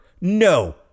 no